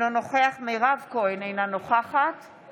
אינו נוכח מירב כהן, אינה נוכחת